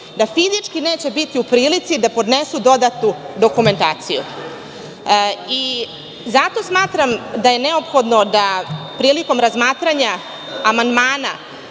da fizički neće biti u prilici da podnesu dodatnu dokumentaciju. Zato smatram da je neophodno da prilikom razmatranja amandmana,